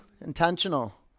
intentional